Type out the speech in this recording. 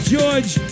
George